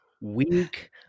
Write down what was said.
weak